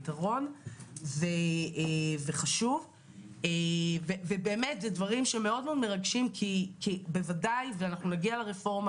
וחשוב ברמה הכי פרקטית.